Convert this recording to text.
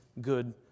good